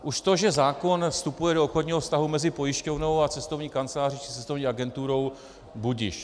Už to, že zákon vstupuje do obchodního vztahu mezi pojišťovnou a cestovní kanceláří, cestovní agenturou budiž.